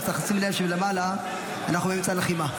אבל צריך לשים לב שלמעלה אנחנו באמצע לחימה.